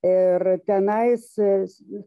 ir tenais